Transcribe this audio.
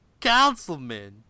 councilman